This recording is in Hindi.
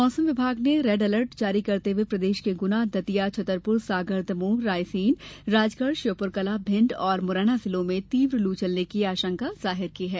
मौसम विभाग ने रेड अलर्ट जारी करते हुए प्रदेश के गुना दतिया छतरपुर सागर दमोह रायसेन राजगढ़ श्योपुरकला भिण्ड और मुरैना जिलों में तीव्र लू चलने की आशंका जाहिर की है